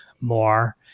more